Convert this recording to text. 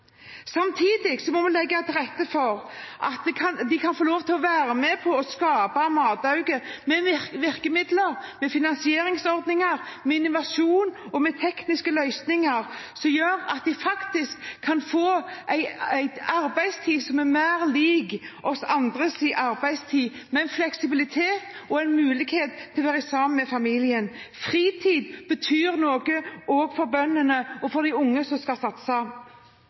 Samtidig må vi legge til rette for at de kan få lov til å være med på å skape matauke – med virkemidler, finansieringsordninger, innovasjon og tekniske løsninger som gjør at de kan få en arbeidstid som er mer lik arbeidstiden til oss andre, med fleksibilitet og mulighet til å være sammen med familien. Fritid betyr noe også for bøndene og for de unge som skal satse.